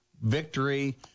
victory